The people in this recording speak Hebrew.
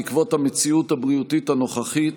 בעקבות המציאות הבריאותית הנוכחית,